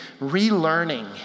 relearning